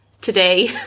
today